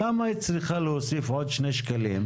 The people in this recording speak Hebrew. למה היא צריכה להוסיף עוד 2 שקלים,